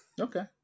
okay